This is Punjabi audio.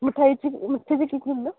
ਮਿਠਾਈ 'ਚ ਮਿੱਠੇ 'ਚ ਕੀ ਕੀ ਹੁੰਦਾ